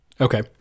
Okay